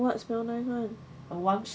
what are the smell nice [one]